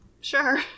Sure